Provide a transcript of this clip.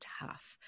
tough